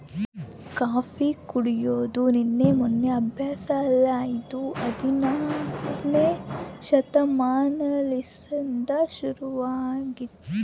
coffee ಕುಡೆದು ನಿನ್ನೆ ಮೆನ್ನೆ ಅಭ್ಯಾಸ ಅಲ್ಲ ಇದು ಹದಿನಾರನೇ ಶತಮಾನಲಿಸಿಂದ ಶುರುವಾಗೆತೆ